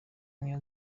niyo